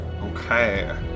Okay